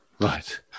right